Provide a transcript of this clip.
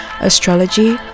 astrology